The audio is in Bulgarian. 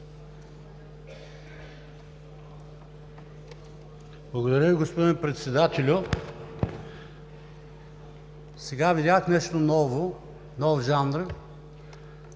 Благодаря Ви господин Председател! Сега видях нещо ново, нов жанр